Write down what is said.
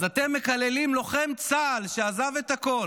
אז אתם מקללים לוחם צה"ל שעזב את הכול,